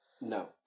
No